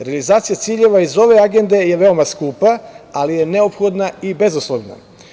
Realizacija ciljeva iz ove agende je veoma skupa, ali je nophodna i bezuslovna.